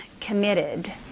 committed